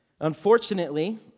Unfortunately